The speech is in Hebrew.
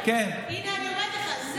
הינה אני אומרת לך,